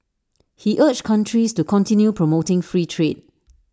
he urged countries to continue promoting free trade